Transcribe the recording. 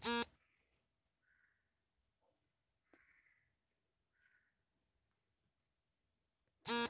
Bharat Arab, USA, USSR, ಮುಂತಾದ ದೇಶಗಳೊಂದಿಗೆ ಅಂತರಾಷ್ಟ್ರೀಯ ವ್ಯಾಪಾರ ಹೊಂದಿದೆ